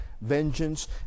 vengeance